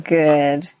good